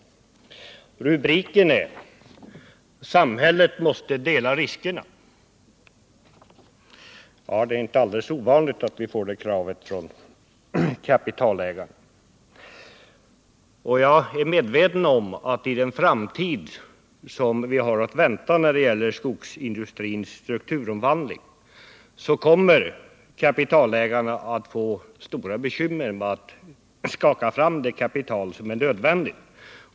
Rubriken var ”Samhället måste dela riskerna”. Det är inte ovanligt att vi får det kravet från kapitalägarna. Jag är medveten om att i den framtid som vi har att vänta när det gäller skogsindustrins strukturomvandling kommer kapitalägarna att få stora bekymmer med att skaka fram det kapital som är nödvändigt.